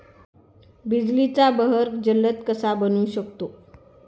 बिजलीचा बहर जलद कसा बनवू शकतो?